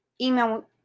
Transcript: email